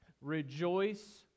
Rejoice